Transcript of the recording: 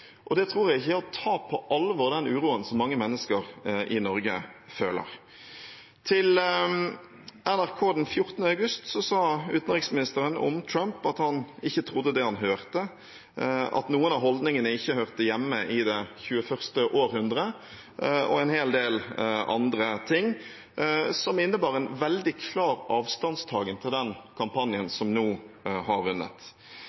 Det tror jeg er ikke å ta på alvor den uroen som mange mennesker i Norge føler. Til NRK den 15. august sa utenriksministeren om Trump at han ikke trodde det han hørte – at noen av holdningene ikke hørte hjemme i det 21. århundre, og en hel del andre ting som innebar en veldig klar avstandtagen til den kampanjen som nå har vunnet.